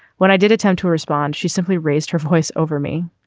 when i did attempt to respond she simply raised her voice over me.